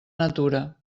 natura